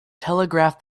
telegraph